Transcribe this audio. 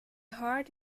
heart